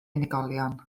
unigolion